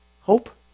hope